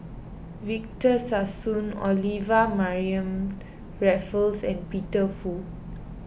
Victor Sassoon Olivia Mariamne Raffles and Peter Fu